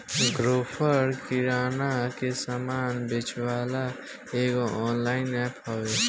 Grofer किरणा के सामान बेचेवाला एगो ऑनलाइन एप्प हवे